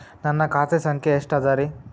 ನನ್ನ ಖಾತೆ ಸಂಖ್ಯೆ ಎಷ್ಟ ಅದರಿ?